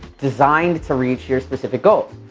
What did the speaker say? designed to reach your specific goals.